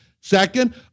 Second